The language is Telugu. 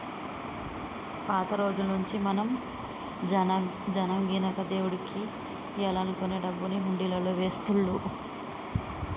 పాత రోజుల్నుంచీ మన జనం గినక దేవుడికియ్యాలనుకునే డబ్బుని హుండీలల్లో వేస్తుళ్ళు